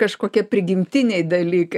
kažkokie prigimtiniai dalykai